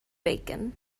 bacon